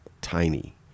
tiny